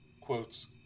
quotes